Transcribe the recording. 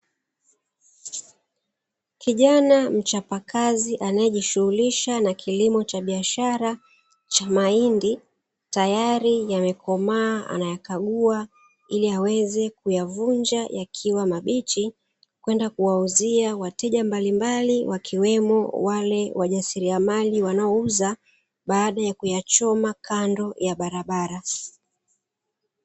Kijana mchapa kazi anayejishughulisha na kilimo cha biashara cha mahindi. Tayari yamekomaa anayakagua ili aweze kuyavunja yakiwa mabichi, kwenda kuwauzia wateja mbalimbali wakiwemo wale wajasiriamali wanaouza baada ya kuyachoma kando ya barabara.